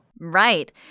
Right